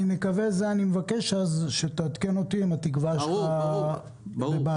אני מבקש שתעדכן אותי אם התקווה שלך בבעיה,